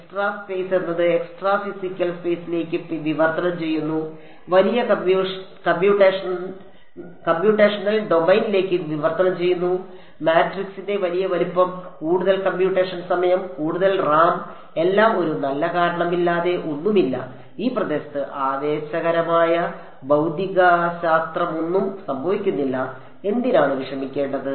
extra space എന്നത് extra physical സ്പെയ്സിലേക്ക് വിവർത്തനം ചെയ്യുന്നു വലിയ കമ്പ്യൂട്ടേഷണൽ ഡൊമെയ്നിലേക്ക് വിവർത്തനം ചെയ്യുന്നു മാട്രിക്സിന്റെ വലിയ വലുപ്പം കൂടുതൽ കമ്പ്യൂട്ടേഷൻ സമയം കൂടുതൽ റാം എല്ലാം ഒരു നല്ല കാരണവുമില്ലാതെ ഒന്നുമില്ല ഈ പ്രദേശത്ത് ആവേശകരമായ ഭൌതികശാസ്ത്രമൊന്നും സംഭവിക്കുന്നില്ല എന്തിനാണ് വിഷമിക്കേണ്ടത്